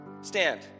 stand